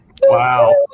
Wow